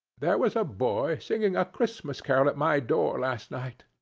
there was a boy singing a christmas carol at my door last night.